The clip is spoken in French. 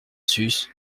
suce